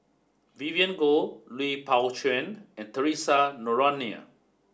Vivien Goh Lui Pao Chuen and Theresa Noronha